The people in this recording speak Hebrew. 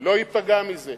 לא ייפגע מזה,